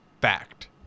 fact